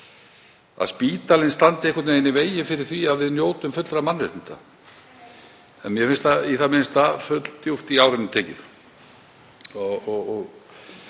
að spítalinn standi einhvern veginn í vegi fyrir því að við njótum fullra mannréttinda. Mér finnst það í það minnsta fulldjúpt í árinni tekið.